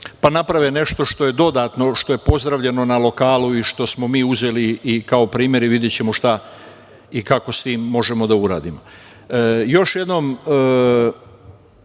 pa naprave nešto što je dodatno, što je pozdravljeno na lokalu i što smo mi uzeli i kao primere, videćemo šta i kako sa tim možemo da uradimo. Još jednom,